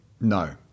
No